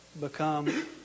become